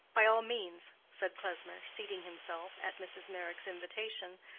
by all means, said klesmer, seating himself, at mrs. meyrick's invitation,